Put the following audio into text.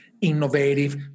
innovative